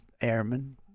airmen